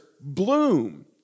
bloom